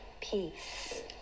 peace